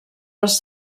les